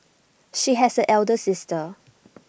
she has an elder sister